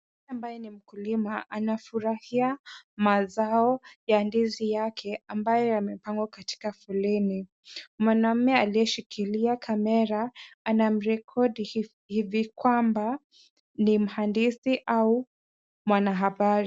Mtu ambaye ni mkulima anafurahia mazao ya ndizi yake ambayo yamepangwa katika foleni. Mwanaume aliyeshikilia kamera anamrekodi hivi kwamba ni mhandisi au mwanahabari.